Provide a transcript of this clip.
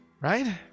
Right